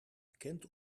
bekend